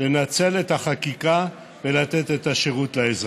לנצל את החקיקה ולתת את השירות לאזרח.